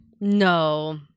No